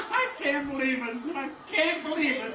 can't believe it, i can't believe